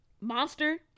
monster